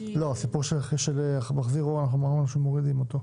הסיפור של מחזיר אור, אמרנו שמורידים אותו.